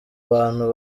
bantu